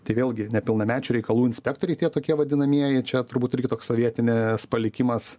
tai vėlgi nepilnamečių reikalų inspektoriai tie tokie vadinamieji čia turbūt irgi toks sovietinis palikimas